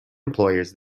employers